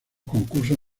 concursos